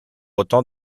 autant